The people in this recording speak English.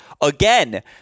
again